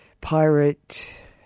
pirate